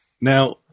Now